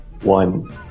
one